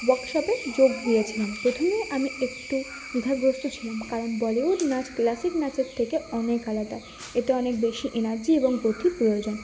ওয়ার্কশপে যোগ দিয়েছিলাম প্রথমে আমি একটু দ্বিধাগ্রস্ত ছিলাম কারণ বলিউড নাচ ক্লাসিক নাচের থেকে অনেক আলাদা এতে অনেক বেশি এনার্জি এবং গতি প্রয়োজন